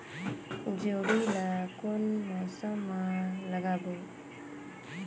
जोणी ला कोन मौसम मा लगाबो?